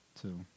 Two